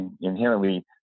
inherently